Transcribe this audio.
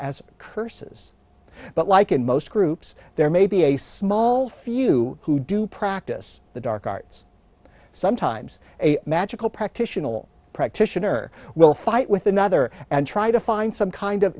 as curses but like in most groups there may be a small few who do practice the dark arts sometimes a magical practitioner practitioner will fight with another and try to find some kind of